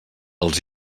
els